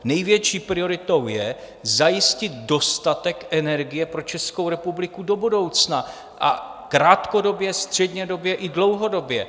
Největší prioritou je zajistit dostatek energie pro Českou republiku do budoucna, krátkodobě, střednědobě i dlouhodobě.